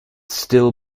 still